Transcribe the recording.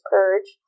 Purge